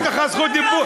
לך זכות דיבור.